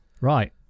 Right